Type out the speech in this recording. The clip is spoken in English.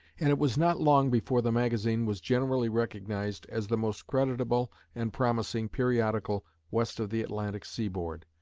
and it was not long before the magazine was generally recognized as the most creditable and promising periodical west of the atlantic seaboard.